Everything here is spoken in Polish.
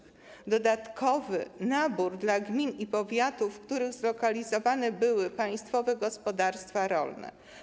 Chodzi o dodatkowy nabór dla gmin i powiatów, w których zlokalizowane były państwowe gospodarstwa rolne.